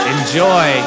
Enjoy